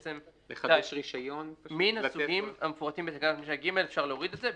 "מן הסוגים המפורטים בתקנת משנה (ג)" אפשר להוריד את זה,